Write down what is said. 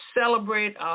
celebrate